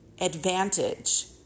advantage